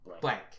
Blank